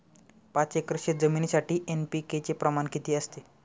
पाच एकर शेतजमिनीसाठी एन.पी.के चे प्रमाण किती असते?